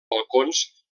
balcons